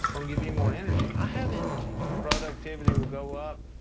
um give you more energy. i have energy. productivity will go up.